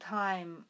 time